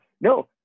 no